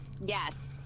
Yes